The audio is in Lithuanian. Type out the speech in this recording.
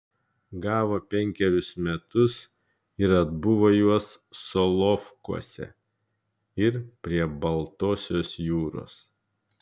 gavo penkerius metus ir atbuvo juos solovkuose ir prie baltosios jūros